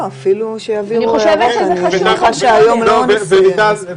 תעבירו הערות, אני מניחה שהיום לא נסיים את זה.